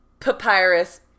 Papyrus